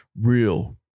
real